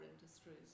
industries